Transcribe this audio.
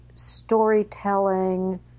storytelling